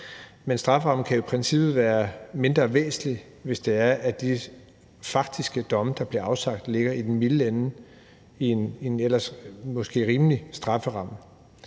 Men strafferammen kan jo i princippet være mindre væsentlig, hvis de faktiske domme, der bliver afsagt, ligger i den milde ende i en måske ellers rimelig strafferamme.